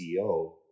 CEO